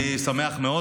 אני שמח מאוד.